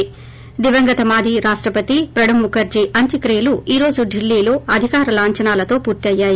ి దివంతగ మాజీ రాష్టపతి ప్రణచ్ ముఖర్లీ అంత్యక్రియలు ఈ రోజు ఢిల్లీలో అధికార లాంఛనాలతో పూర్తయ్యాయి